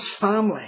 family